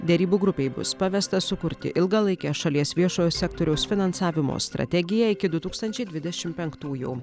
derybų grupei bus pavesta sukurti ilgalaikę šalies viešojo sektoriaus finansavimo strategiją iki du tūkstančiai dvidešimt penktųjų